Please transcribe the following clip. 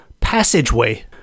passageway